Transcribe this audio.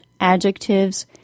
adjectives